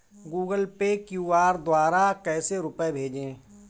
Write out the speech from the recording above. Google pay QR द्वारा कैसे रूपए भेजें?